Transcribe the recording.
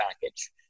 package